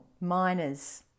miners